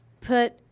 put